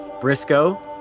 Briscoe